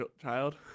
child